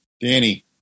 Danny